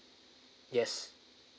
yes